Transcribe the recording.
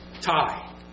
Tie